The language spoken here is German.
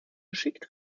geschickt